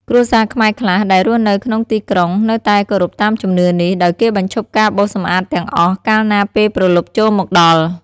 គ្រួសារខ្មែរខ្លះដែលរស់នៅក្នុងទីក្រុង នៅតែគោរពតាមជំនឿនេះ ដោយគេបញ្ឈប់ការបោសសម្អាតទាំងអស់ កាលណាពេលព្រលប់ចូលមកដល់។